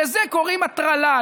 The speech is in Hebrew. לזה קוראים הטרלה,